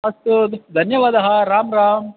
अस्तु द् धन्यवादः राम राम